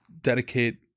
dedicate